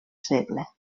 segle